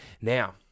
Now